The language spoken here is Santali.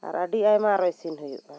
ᱟᱨ ᱟᱹᱰᱤ ᱟᱭᱢᱟ ᱟᱨᱚ ᱤᱥᱤᱱ ᱦᱩᱭᱩᱜᱼᱟ